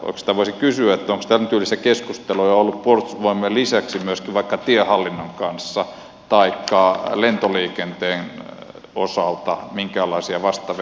oikeastaan voisi kysyä onko tämäntyylisiä keskusteluja ollut puolustusvoimien lisäksi myöskin vaikka tiehallinnon kanssa taikka lentoliikenteen osalta minkäänlaisia vastaavia